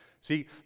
See